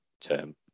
term